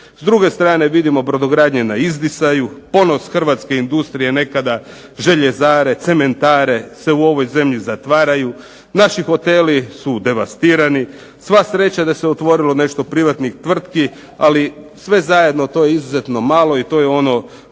S druge strane vidimo brodogradnje na izdisaju, ponos hrvatske industrije nekada, željezare, cementare se u ovoj zemlji zatvaraju. Naši hoteli su devastirani, sva sreća da se otvorilo nešto privatnih tvrtki, ali sve zajedno to je izuzetno malo i to je ono